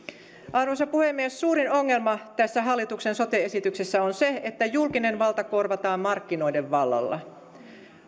arvoisa puhemies suurin ongelma tässä hallituksen sote esityksessä on se että julkinen valta korvataan markkinoiden vallalla